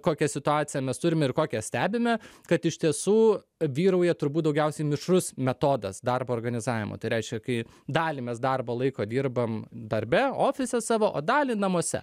kokią situaciją mes turime ir kokią stebime kad iš tiesų vyrauja turbūt daugiausiai mišrus metodas darbo organizavimo tai reiškia kai dalį mes darbo laiko dirbam darbe ofise savo dalį namuose